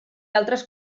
altres